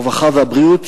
הרווחה והבריאות,